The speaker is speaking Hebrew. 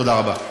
תודה רבה.